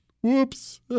Whoops